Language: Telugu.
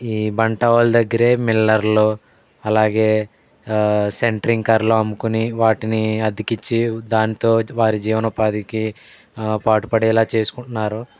ఈ బంటా వాళ్ళ దగ్గరే మిల్లర్లు అలాగే సెంట్రింగ్ కర్లు అమ్ముకుని వాటిని అద్దెకి ఇచ్చి దానితో వారి జీవనోపాధికి పాటుపడేలా చేసుకుంటున్నారు